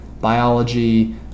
biology